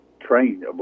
trained